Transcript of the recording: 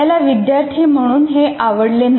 आपल्याला विद्यार्थी म्हणून हे आवडले नाही